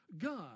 God